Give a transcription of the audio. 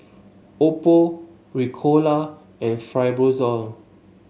Oppo Ricola and Fibrosol